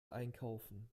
einkaufen